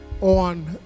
on